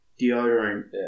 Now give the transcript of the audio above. deodorant